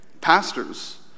Pastors